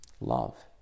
love